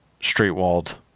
straight-walled